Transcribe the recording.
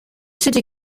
city